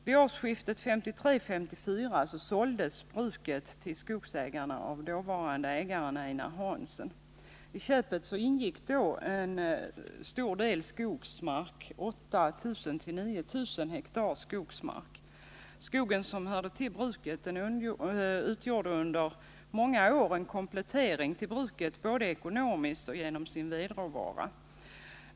Vid årsskiftet 1953-1954 sålde den dåvarande ägaren Einar Hanson bruket till Skogsägarna. I köpet ingick en hel del skogsmark, 8 000-9 000 ha skogsmark. Den skog som tillhörde bruket utgjorde under många år en komplettering till detta både ekonomiskt och genom sin vedråvara.